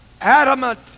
adamant